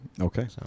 Okay